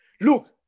look